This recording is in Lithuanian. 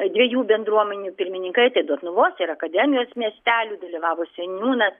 dviejų bendruomenių pirmininkai tai dotnuvos ir akademijos miestelių dalyvavo seniūnas